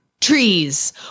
trees